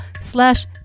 slash